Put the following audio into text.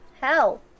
hell